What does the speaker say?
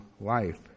life